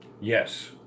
Yes